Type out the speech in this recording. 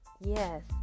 yes